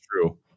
true